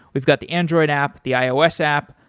we've got the android app, the ios app,